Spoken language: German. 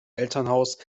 elternhaus